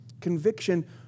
Conviction